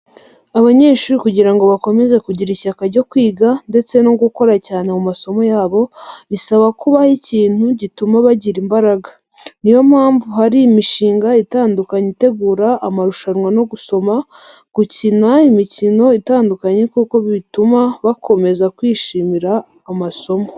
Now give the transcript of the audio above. Abanyeshuri kugira ngo bakomeze kugira ishyaka ryo kwiga ndetse no gukora cyane mu masomo yabo, bisaba ko ubaha ikintu gituma bagira imbaraga. Ni yo mpamvu hari imishinga itandukanye itegura amarushanwa yo gusoma, gukina imikino itandukanye kuko bituma bakomeza kwishimira amasomo.